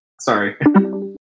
Sorry